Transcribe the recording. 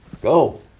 go